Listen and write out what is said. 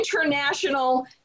international